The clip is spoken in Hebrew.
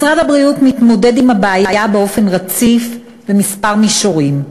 משרד הבריאות מתמודד עם הבעיה באופן רציף בכמה מישורים: